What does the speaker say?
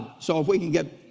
so if we can get,